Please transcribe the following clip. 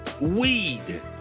Weed